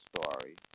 story